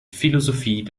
philosophie